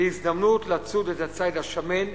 להזדמנות לצוד את הציד השמן,